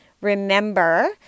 Remember